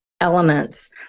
elements